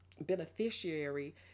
beneficiary